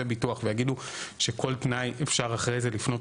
ביטוח ויגידו שכל תנאי אפשר אחרי זה לפנות